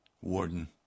warden